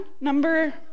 Number